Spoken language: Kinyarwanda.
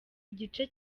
igice